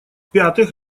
пятых